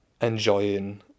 enjoying